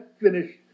finish